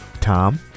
Tom